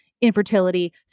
infertility